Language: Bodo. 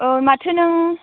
माथो नों